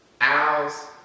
owls